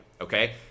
okay